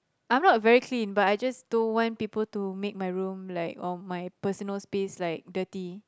I'm not very clean but I just don't want people to make like my room or my personal space dirty